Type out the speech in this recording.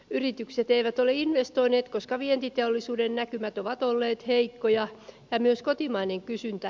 yritykset eivät ole investoineet koska vientiteollisuuden näkymät ovat olleet heikkoja myös kotimainen kysyntä